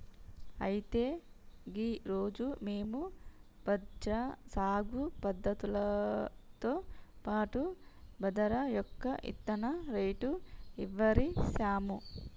అయితే గీ రోజు మేము బజ్రా సాగు పద్ధతులతో పాటు బాదరా యొక్క ఇత్తన రేటు ఇవరిస్తాము